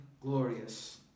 glorious